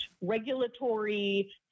regulatory